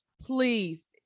Please